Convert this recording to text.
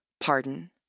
pardon